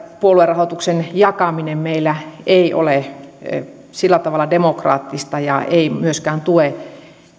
puoluerahoituksen jakaminen meillä ei ole sillä tavalla demokraattista ja ei myöskään tue